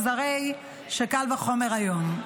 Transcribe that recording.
אז הרי שקל וחומר היום.